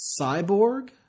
cyborg